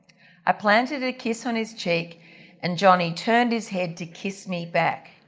i planted a kiss on his cheek and jhonnie turned his head to kiss me back,